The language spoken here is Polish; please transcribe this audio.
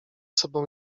sobą